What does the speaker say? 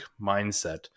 mindset